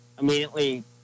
immediately